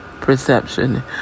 perception